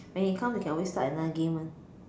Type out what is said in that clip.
when he come you can always start another game [one]